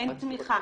אין תמיכה.